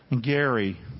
Gary